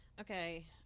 okay